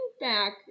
back